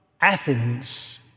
Athens